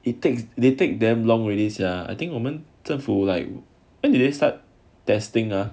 it takes they take damn long already sia I think 我们政府 like when did they start testing ah